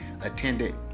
attended